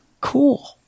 cool